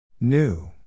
New